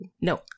no